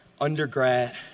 undergrad